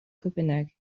copenhague